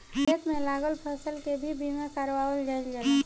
खेत में लागल फसल के भी बीमा कारावल जाईल जाला